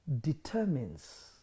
determines